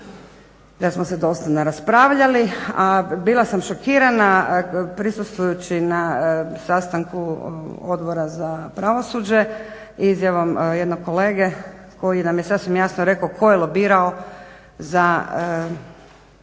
da smo se dosta naraspravljali, a bila sam šokirana prisustvujući na sastanku Odbora za pravosuđe izjavom jednog kolege koji nam je sasvim jasno rekao tko je lobirao za